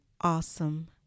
awesome